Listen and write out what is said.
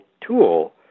tool